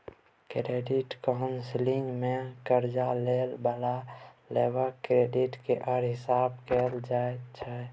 credit counselling मे कर्जा लइ बला लोकक क्रेडिट केर हिसाब कएल जाइ छै